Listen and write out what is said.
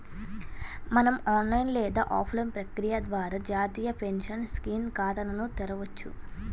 మనం ఆన్లైన్ లేదా ఆఫ్లైన్ ప్రక్రియ ద్వారా జాతీయ పెన్షన్ స్కీమ్ ఖాతాను తెరవొచ్చు